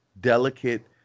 delicate